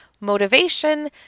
motivation